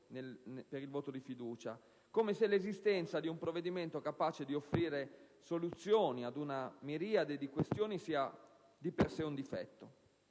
questione di fiducia, come se l'esistenza di un provvedimento capace di offrire soluzioni ad una miriade di questioni sia di per sé un difetto.